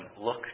Look